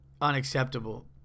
unacceptable